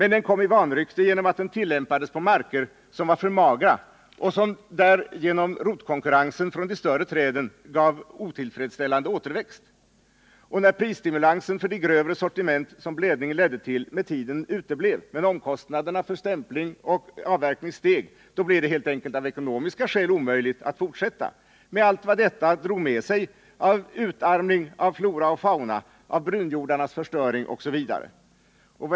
Den kom i vanrykte genom att den tillämpades på marker som var för magra och som därför genom rotkonkurrensen från de större träden gav otillfredsställande återväxt. När prisstimulansen för det grövre sortiment som blädningen ledde till med tiden uteblev men omkostnaderna för stämpling och avverkning steg, blev det helt enkelt av ekonomiska skäl omöjligt att fortsätta, med allt vad detta drog med sig av utarmning av flora och fauna, av brunjordarnas förstöring, osv.